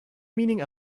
meaning